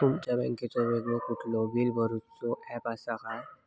तुमच्या बँकेचो वेगळो कुठलो बिला भरूचो ऍप असा काय?